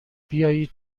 بیایید